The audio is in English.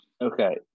okay